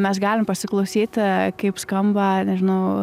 mes galim pasiklausyti kaip skamba nežinau